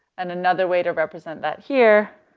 and another way to represent that here